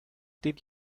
did